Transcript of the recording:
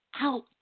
out